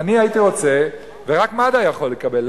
רק מד"א יכול לקבל.